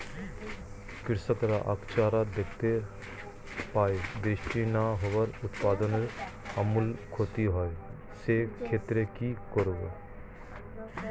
কৃষকরা আকছার দেখতে পায় বৃষ্টি না হওয়ায় উৎপাদনের আমূল ক্ষতি হয়, সে ক্ষেত্রে কি করব?